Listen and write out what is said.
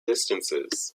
distances